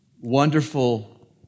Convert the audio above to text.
wonderful